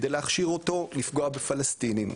כדי להכשיר אותו לפגוע בפלסטינים,